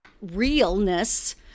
realness